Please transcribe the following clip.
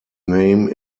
name